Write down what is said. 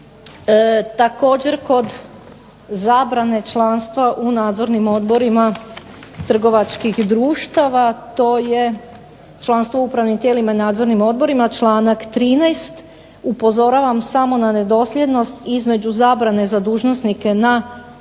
Također, kod zabrane članstva u nadzornim odborima trgovačkih društava to je članstvo u upravnim tijelima i nadzornim odborima članak 13. – upozoravam samo na nedosljednost između zabrane za dužnosnike na državnoj razini